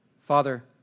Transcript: Father